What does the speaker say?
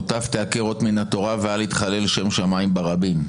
מוטב תעקר אות מן התורה ואל יתחלל שם שמים ברבים.